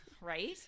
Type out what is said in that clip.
Right